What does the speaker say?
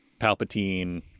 palpatine